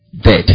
dead